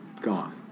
gone